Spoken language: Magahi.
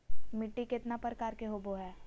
मिट्टी केतना प्रकार के होबो हाय?